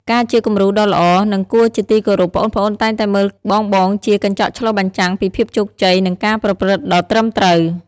ការជាគំរូដ៏ល្អ និងគួរជាទីគោរព ប្អូនៗតែងតែមើលបងៗជា កញ្ចក់ឆ្លុះបញ្ចាំង ពីភាពជោគជ័យ និងការប្រព្រឹត្តដ៏ត្រឹមត្រូវ។